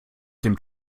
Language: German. dem